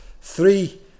Three